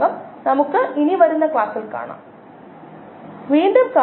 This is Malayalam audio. rS1YxSAAxmx ലെക്ചർ നമ്പർ 4 ന് ഇത് മതിയായതാണെന്ന് ഞാൻ കരുതുന്നു ലക്ചർ നമ്പർ 5 ൽ നിങ്ങളെ വീണ്ടും കാണും